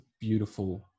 beautiful